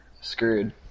screwed